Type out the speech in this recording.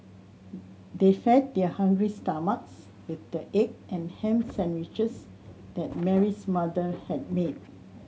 they fed their hungry stomachs with the egg and ham sandwiches that Mary's mother had made